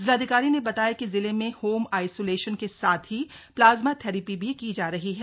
जिलाधिकारी ने बताया कि जिले में होम आईसोलेशन के साथ ही प्लाज़्मा थैरेपी भी की जा रही है